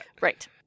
Right